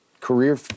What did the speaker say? career